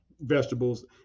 vegetables